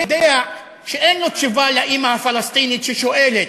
יודע שאין לו תשובה לאימא הפלסטינית ששואלת: